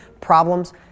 problems